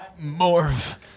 Morph